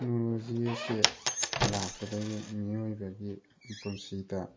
technology ꯑꯁꯤ ꯂꯥꯛꯄꯗꯒꯤ ꯃꯤꯑꯣꯏꯕꯒꯤ ꯄꯨꯟꯁꯤꯗ